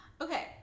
Okay